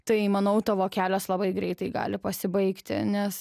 tai manau tavo kelias labai greitai gali pasibaigti nes